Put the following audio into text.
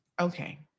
Okay